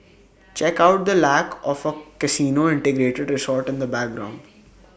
check out the lack of A casino integrated resort in the background